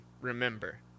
remember